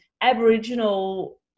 Aboriginal